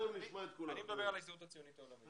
אני מדבר על ההסתדרות הציונית העולמית.